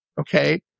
Okay